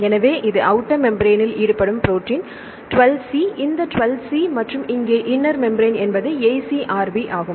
எனவே இது அவுட்டர் மேம்பிரேன்னில் ஈடுபடும் ப்ரோடீன் 12 c இந்த 12 c மற்றும் இங்கே இன்னர் மேம்பிரேன் என்பது AcrB ஆகும்